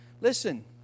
Listen